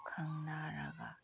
ꯈꯪꯅꯔꯒ